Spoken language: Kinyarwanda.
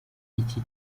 iki